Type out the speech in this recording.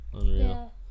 Unreal